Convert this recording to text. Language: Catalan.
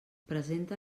presenta